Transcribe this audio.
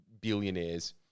billionaires